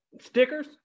Stickers